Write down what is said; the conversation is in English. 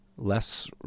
less